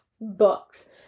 books